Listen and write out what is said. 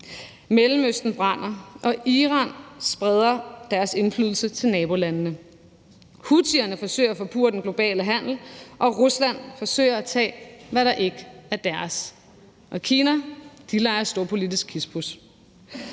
Mellemøsten brænder, og Iran spreder deres indflydelse til nabolandene. Houthierne forsøger at forpurre den globale handel, og Rusland forsøger at tage, hvad der ikke er deres. Og Kina leger storpolitisk kispus.